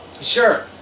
Sure